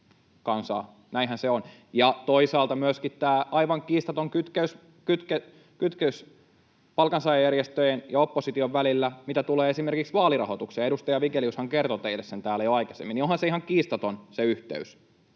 on. Toisaalta on myöskin tämä aivan kiistaton kytkös palkansaajajärjestöjen ja opposition välillä, mitä tulee esimerkiksi vaalirahoitukseen. Edustaja Vigeliushan kertoi teille sen täällä jo aikaisemmin, ja onhan se yhteys